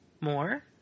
more